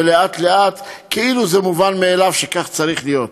ולאט-לאט כאילו זה מובן מאליו שכך זה צריך להיות.